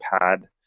pad